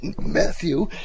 Matthew